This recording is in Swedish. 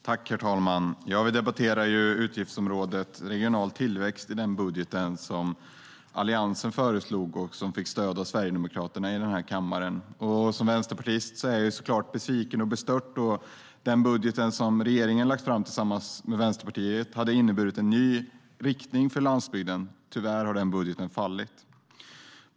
Herr talman! Vi debatterar nu utgiftsområdet regional tillväxt i den budget Alliansen föreslog och som fick stöd av Sverigedemokraterna i denna kammare. Som vänsterpartist är jag såklart besviken och bestört, då den budget regeringen lagt fram tillsammans med Vänsterpartiet hade inneburit en ny riktning för landsbygden. Tyvärr har den budgeten fallit.